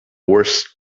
worst